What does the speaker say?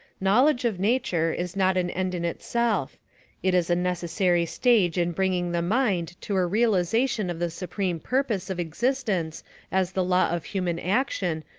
knowledge of nature is not an end in itself it is a necessary stage in bringing the mind to a realization of the supreme purpose of existence as the law of human action,